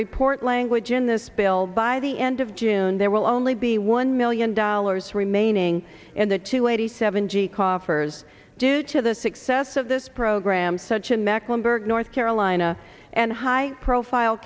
report language in this bill by the end of june there will only be one million dollars remaining in the two eighty seven g coffers due to the success of this program such a mecklenburg north carolina and high profile